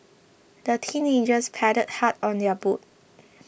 the teenagers paddled hard on their boat